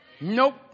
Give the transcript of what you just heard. Nope